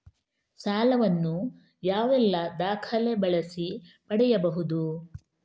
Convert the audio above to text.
ಸಾಲ ವನ್ನು ಯಾವೆಲ್ಲ ದಾಖಲೆ ಬಳಸಿ ಪಡೆಯಬಹುದು?